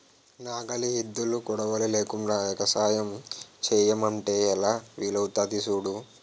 నాగలి, ఎద్దులు, కొడవలి లేకుండ ఎగసాయం సెయ్యమంటే ఎలా వీలవుతాది సూడు